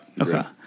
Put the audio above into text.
Okay